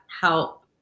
help